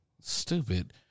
stupid